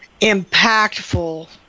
impactful